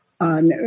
on